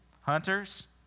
Hunters